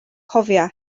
cofia